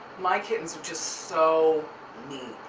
my kittens are just so mean.